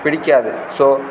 பிடிக்காது ஸோ